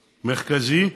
מרכזי,